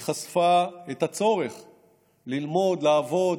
היא חשפה את הצורך ללמוד, לעבוד,